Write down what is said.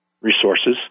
resources